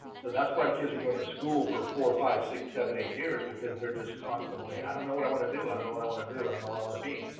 so that's why kids are going to school for four or five six, seven, eight years because they are just constantly, i don't know what i want to do, i don't know what i want to do, i don't know what i want to be.